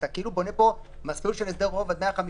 כאילו בונה פה מסלול הסדר של חוב עד 150